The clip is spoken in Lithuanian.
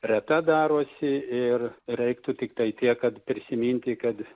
reta darosi ir reiktų tiktai tiek kad prisiminti kad